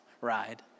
ride